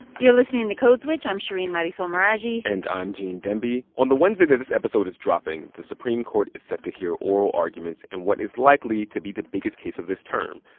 you're listening to code switch. i'm shereen marisol meraji and i'm gene demby. on the wednesday that this episode is dropping, the supreme court is set to hear oral arguments in and what is likely to be the biggest case of this term,